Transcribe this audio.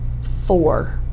four